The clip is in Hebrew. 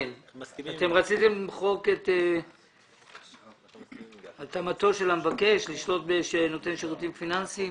רציתם למחוק את התאמתו של המבקש בנותן שירותים פיננסיים.